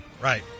Right